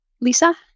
Lisa